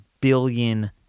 billion